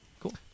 Cool